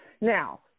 Now